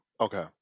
okay